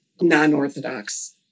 non-Orthodox